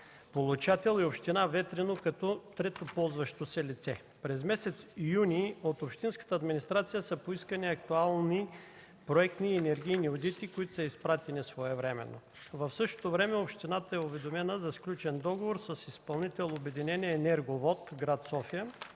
получател, и община Ветрино като трето ползващо се лице. През месец юни от общинската администрация са поискани актуални проектни и енергийни одити, които са изпратени своевременно. В същото време общината е уведомена за сключен договор с изпълнител Обединение „Енерго-Вод” – град София,